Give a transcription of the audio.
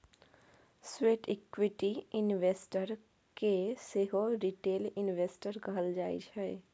sweat equity investor केँ सेहो retail investor कहल जाइ छै